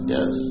Yes